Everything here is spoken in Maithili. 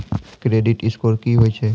क्रेडिट स्कोर की होय छै?